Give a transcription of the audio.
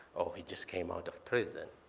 oh, he just came out of prison.